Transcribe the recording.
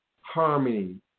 harmony